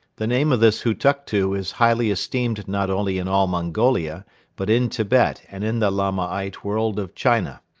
the name of this hutuktu is highly esteemed not only in all mongolia but in tibet and in the lamaite world of china.